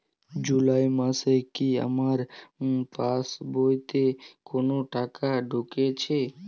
জুলাই মাসে কি আমার পাসবইতে কোনো টাকা ঢুকেছে?